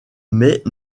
mais